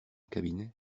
cabinet